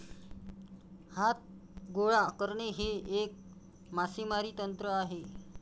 हात गोळा करणे हे एक मासेमारी तंत्र आहे